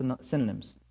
synonyms